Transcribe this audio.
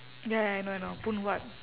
ya ya I know I know phoon huat